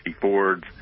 Fords